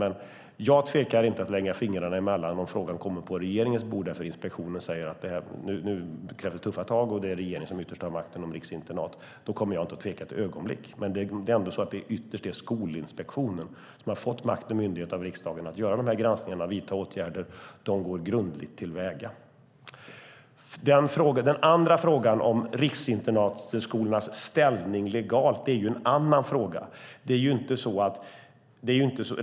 Men jag kommer inte att lägga fingrarna emellan om frågan kommer upp på regeringens bord för att inspektionen säger: Nu krävs det tuffa tag, och det är regeringen som ytterst har makten när det gäller riksinternat. Då kommer jag inte att tveka ett ögonblick. Men det är ytterst Skolinspektionen som har fått makt och myndighet av riksdagen att göra de här granskningarna och vidta åtgärder. De går grundligt till väga. Den andra frågan om riksinternatskolornas ställning, legalt, är en annan fråga.